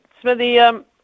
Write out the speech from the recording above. Smithy